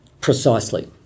precisely